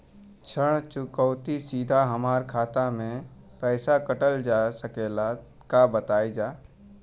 ऋण चुकौती सीधा हमार खाता से पैसा कटल जा सकेला का बताई जा?